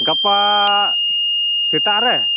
ᱜᱟᱯᱟ ᱥᱮᱛᱟᱜ ᱨᱮ